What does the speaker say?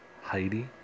Heidi